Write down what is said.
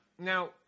Now